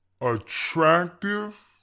attractive